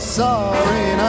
sorry